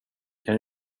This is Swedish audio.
kan